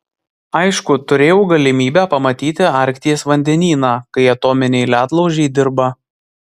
aišku turėjau galimybę pamatyti arkties vandenyną kai atominiai ledlaužiai dirba